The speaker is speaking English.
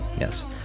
Yes